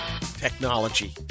technology